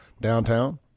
downtown